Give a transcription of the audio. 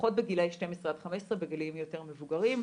פחות בגילאי 12 עד 15, בגילאים יותר מבוגרים,